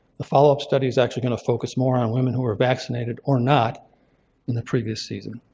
the follow-up study is actually going to focus more on women who are vaccinated or not in the previous season.